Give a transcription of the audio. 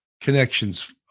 connections